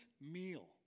meal